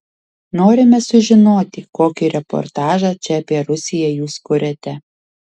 norime sužinoti kokį reportažą čia apie rusiją jūs kuriate